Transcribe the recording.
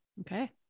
Okay